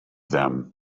them